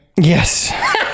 Yes